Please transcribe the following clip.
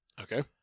Okay